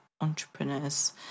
entrepreneurs